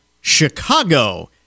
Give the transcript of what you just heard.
Chicago